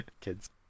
Kids